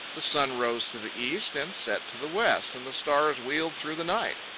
the sun rose to the east and set to the west and the stars wheeled through the night.